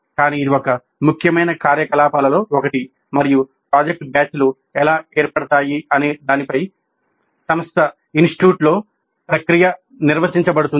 కానీ ఇది ఒక ముఖ్యమైన కార్యకలాపాలలో ఒకటి మరియు ప్రాజెక్ట్ బ్యాచ్లు ఎలా ఏర్పడతాయనే దానిపై సంస్థలో ప్రక్రియ నిర్వచించబడుతుంది